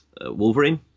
wolverine